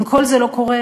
אם כל זה לא קורה,